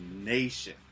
Nation